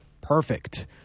perfect